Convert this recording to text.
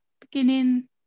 beginning